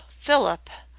philip!